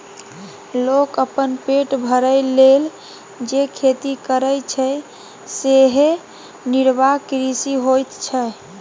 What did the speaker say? लोक अपन पेट भरय लेल जे खेती करय छै सेएह निर्वाह कृषि होइत छै